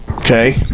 Okay